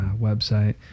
website